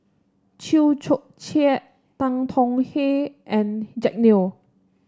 Chew Joo Chiat Tan Tong Hye and Jack Neo